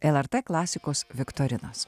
lrt klasikos viktorinos